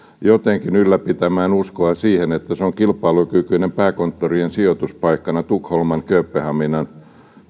jotenkin ylläpitämään uskoa siihen että se on kilpailukykyinen pääkonttorien sijoituspaikkana tukholman kööpenhaminan